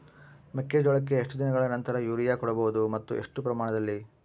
ಮೆಕ್ಕೆಜೋಳಕ್ಕೆ ಎಷ್ಟು ದಿನಗಳ ನಂತರ ಯೂರಿಯಾ ಕೊಡಬಹುದು ಮತ್ತು ಎಷ್ಟು ಪ್ರಮಾಣದಲ್ಲಿ?